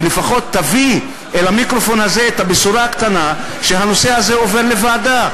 ולפחות תביא אל המיקרופון הזה את הבשורה הקטנה שהנושא הזה עובר לוועדה,